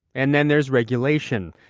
and then there's regulation.